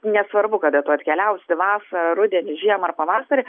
nesvarbu kada tu atkeliausi vasarą rudenį žiemą ar pavasarį